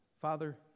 Father